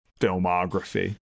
filmography